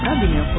টকা বিনিয়োগ কৰিব